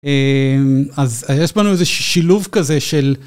אז יש לנו איזה שילוב כזה של.